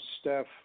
Steph